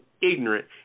ignorant